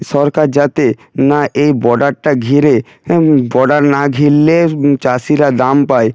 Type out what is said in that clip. সরকার যাতে না এই বডারটা ঘিরে বর্ডার না ঘিরলে চাষিরা দাম পায়